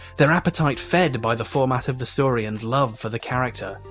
their appetite fed by the format of the story and love for the character.